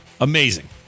Amazing